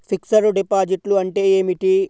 Fixed డిపాజిట్లు అంటే ఏమిటి?